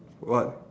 what